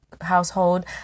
household